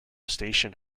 station